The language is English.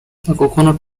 coconut